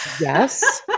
yes